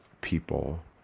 people